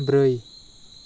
ब्रै